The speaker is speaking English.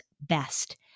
best